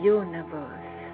universe